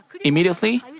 immediately